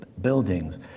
buildings